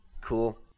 Cool